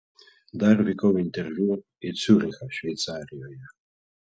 dar vykau interviu į ciurichą šveicarijoje